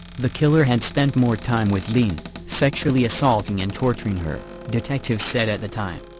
the killer had spent more time with yleen, sexually assaulting and torturing her, detectives said at the time.